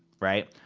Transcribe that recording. right?